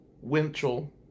Winchell